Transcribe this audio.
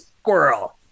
squirrel